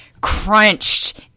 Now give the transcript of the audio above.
crunched